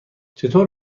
چطور